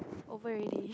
over already